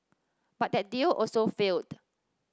but that deal also failed